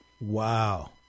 wow